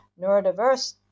neurodiverse